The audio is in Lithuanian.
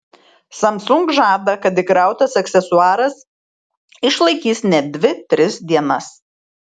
samsung žada kad įkrautas aksesuaras išlaikys net dvi tris dienas